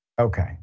okay